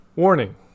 Warning